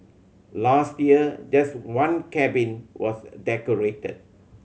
last year just one cabin was decorated